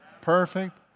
perfect